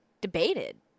debated